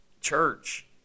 church